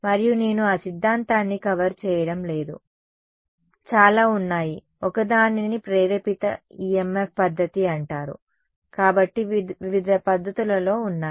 మరియు నేను ఆ సిద్ధాంతాన్ని కవర్ చేయడం లేదు చాలా ఉన్నాయి ఒకదానిని ప్రేరేపిత EMF పద్ధతి అంటారు కాబట్టి వివిధ పద్ధతులలో ఉన్నాయి